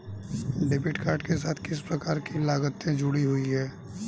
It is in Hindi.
डेबिट कार्ड के साथ किस प्रकार की लागतें जुड़ी हुई हैं?